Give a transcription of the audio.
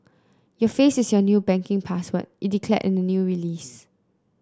your face is your new banking password it declared in the new release